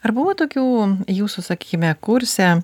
ar buvo tokių jūsų sakykime kurse